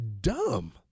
dumb